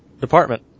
department